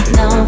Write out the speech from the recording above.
no